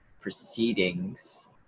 proceedings